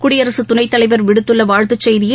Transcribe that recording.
குடியரசுத் துணைத் தலைவர் விடுத்துள்ள வாழ்த்துச் செய்தியில்